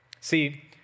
See